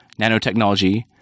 nanotechnology